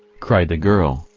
cried the girl,